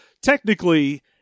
technically